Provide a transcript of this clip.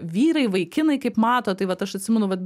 vyrai vaikinai kaip mato tai vat aš atsimenu vat